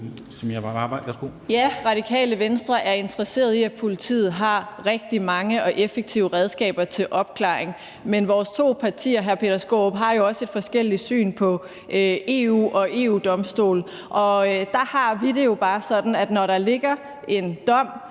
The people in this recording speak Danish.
Radikale Venstre er interesseret i, at politiet har rigtig mange og effektive redskaber til opklaring. Men vores to partier, hr. Peter Skaarup, har jo også et forskelligt syn på EU og EU-Domstolen. Der har vi det bare sådan, at når der ligger en dom,